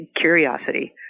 curiosity